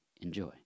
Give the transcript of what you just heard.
Enjoy